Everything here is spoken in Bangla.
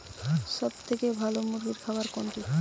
সবথেকে ভালো মুরগির খাবার কোনটি?